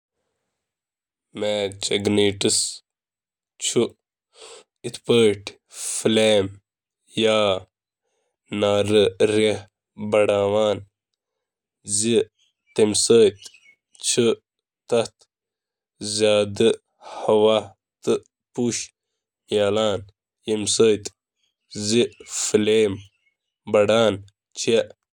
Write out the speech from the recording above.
رگڑ سۭتۍ پٲدٕ گژھن واجیٚنۍ گرمی ییٚلہ میچ لگان چھِ تیٚلہ چھ وۄزُل فاسفورس کس أکس منٹہٕ مقدارس سفید فاسفورسس منٛز تبدیل گژھان، یُس ہوہس منٛز بے ساختہ جلان چھ۔